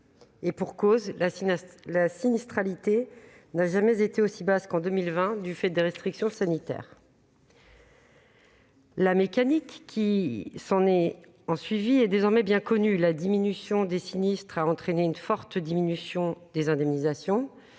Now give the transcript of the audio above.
pour cause : la sinistralité n'a jamais été aussi basse qu'en 2020, du fait des restrictions sanitaires. La mécanique qui s'en est ensuivie est désormais bien connue : la diminution des sinistres a entraîné une forte diminution des indemnisations,